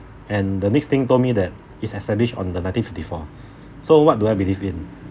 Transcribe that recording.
and the next thing told me that it's established on the nineteen fifty-four so what do I believe in